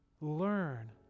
learn